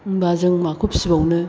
होमबा जों माखौ फिसिबावनो